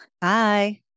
Bye